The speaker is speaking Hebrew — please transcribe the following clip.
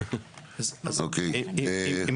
אדוני היושב-ראש,